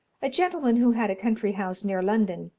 a gentleman who had a country house near london,